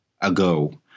ago